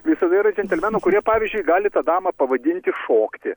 visada yra džentelmenų kurie pavyzdžiui gali tą damą pavadinti šokti